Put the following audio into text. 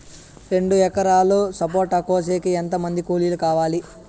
రెండు ఎకరాలు సపోట కోసేకి ఎంత మంది కూలీలు కావాలి?